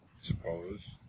suppose